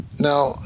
Now